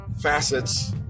facets